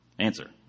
answer